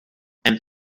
and